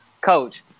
coach